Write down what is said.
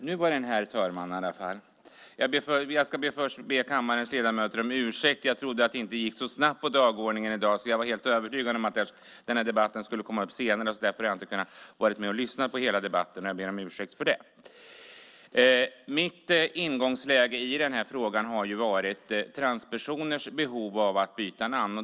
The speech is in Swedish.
Herr talman! Jag ska först be kammarens ledamöter om ursäkt. Jag trodde inte att det skulle gå så snabbt i dag, så jag var helt övertygad om att den här debatten skulle komma upp senare. Därför har jag inte kunnat vara med och lyssna på hela debatten, och jag ber om ursäkt för det. Mitt ingångsläge i den här frågan har varit transpersoners behov av att byta namn.